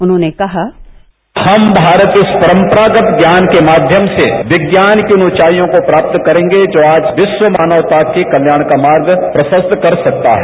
उन्होंने कहा हम भारत के उस परम्परागत ज्ञान के माध्यम से विज्ञान की ऊंचाईयों को प्राप्त करेंगे जो आज विश्व मानवता के कल्याण का मार्ग प्रशस्त कर सकता है